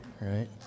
right